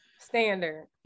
standard